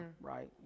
right